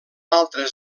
altres